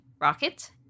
Rocket